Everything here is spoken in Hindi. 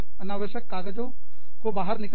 अनावश्यक कागज़ों को बाहर निकालें